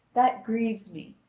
that grieves me.